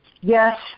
yes